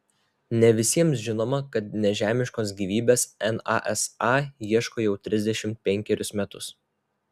ne visiems žinoma kad nežemiškos gyvybės nasa ieško jau trisdešimt penkerius metus